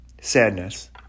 sadness